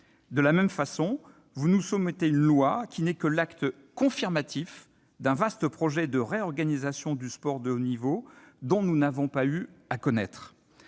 De la même façon, vous nous soumettez un projet de loi qui n'est que l'acte confirmatif d'un vaste projet de réorganisation du sport de haut niveau dont nous n'avons pas eu à connaître.